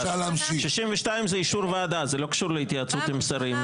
62 זה אישור ועדה זה לא קשור להתייעצות עם שרים,